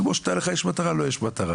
כמו שלך יש מטרה לו יש מטרה.